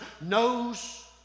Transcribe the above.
knows